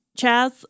Chaz